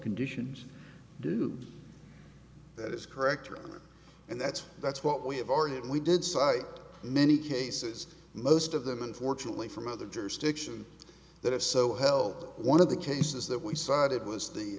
conditions do that is correct or and that's that's what we have argued we did cite many cases most of them unfortunately from other jurisdictions that have so held one of the cases that we cited was the